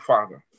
Father